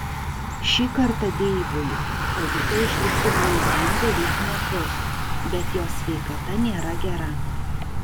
šį kartą deivui pavyko išlikti blaiviam beveik metus bet jo sveikata nėra gera